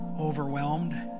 overwhelmed